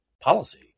policy